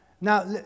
now